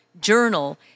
Journal